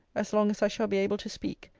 as long as i shall be able to speak.